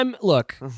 look